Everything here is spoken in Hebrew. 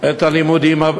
את הלימודים,